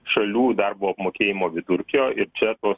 šalių darbo apmokėjimo vidurkio ir čia tos